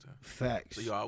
Facts